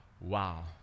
wow